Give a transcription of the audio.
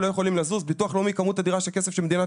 לא יכולים לזוז כמות אדירה של כסף שמדינת